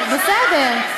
בסדר.